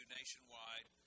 nationwide